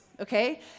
okay